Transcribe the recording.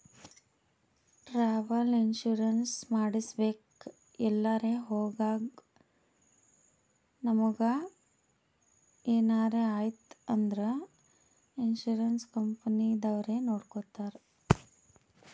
travel insurance ಮಾಡಿಸ್ಬೇಕ್ ಎಲ್ರೆ ಹೊಗಾಗ್ ನಮುಗ ಎನಾರೆ ಐಯ್ತ ಅಂದುರ್ ಇನ್ಸೂರೆನ್ಸ್ ಕಂಪನಿದವ್ರೆ ನೊಡ್ಕೊತ್ತಾರ್